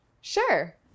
Sure